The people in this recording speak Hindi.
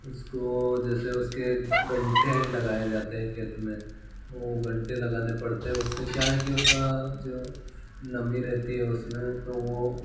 उसको जैसे उसके गट्ठे लगाए जाते हैं खेत में वे गट्ठे लगाने पड़ते उससे क्या है कि उसका जो नमी रहती है उसमें तो वे